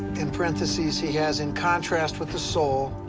in parentheses he has, in contrast with the soul,